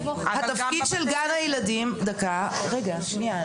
התפקיד של גן הילדים, דקה, רגע, שנייה.